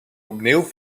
opnieuw